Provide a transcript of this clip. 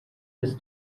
this